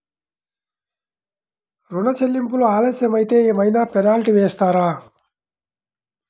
ఋణ చెల్లింపులు ఆలస్యం అయితే ఏమైన పెనాల్టీ వేస్తారా?